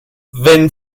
wenn